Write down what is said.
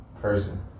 person